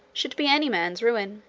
should be any man's ruin.